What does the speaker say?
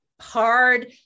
hard